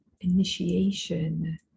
initiation